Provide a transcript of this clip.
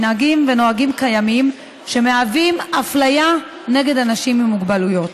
מנהגים ונהגים קיימים שהם אפליה נגד אנשים עם מוגבלויות.